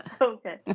Okay